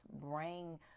bring